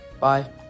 Bye